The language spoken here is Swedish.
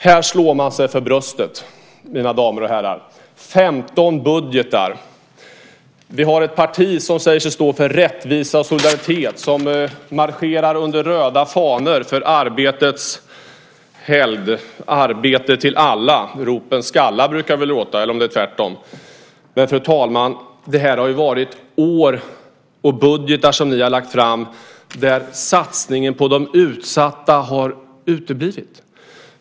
Här slår man sig för bröstet, mina damer och herrar - 15 budgetar! Vi har ett parti som säger sig stå för rättvisa och solidaritet och som marscherar under röda fanor för arbetets helgd. Arbete till alla ropen skalla, brukar det väl låta - eller om det är tvärtom. Men, fru talman, det har varit år och budgetar som ni lagt fram där satsningen på de utsatta har uteblivit.